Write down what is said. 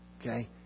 Okay